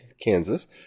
kansas